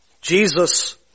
Jesus